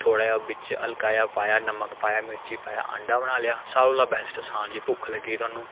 थोह्ड़ा जेहा बिच्च हल्का जेहा पाया नमक पाया मिर्ची पाया आंडा बना लेआ सारें कोला बैस्ट असान जे भुक्ख लग्गी दी थुहानूं